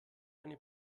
eine